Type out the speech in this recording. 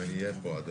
אם אני אהיה פה.